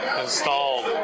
installed